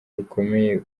rukomeye